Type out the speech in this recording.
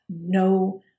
no